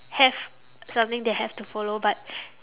have something they have to follow but